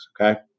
Okay